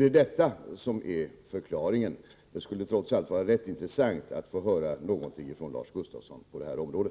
det detta som är förklaringen? Det skulle trots allt vara intressant att få höra något ifrån Lars Gustafsson på det här området.